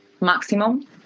maximum